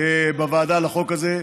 בוועדה לחוק הזה.